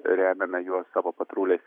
remiame juos savo patruliais